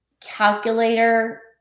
calculator